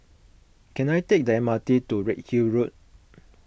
can I take the M R T to Redhill Road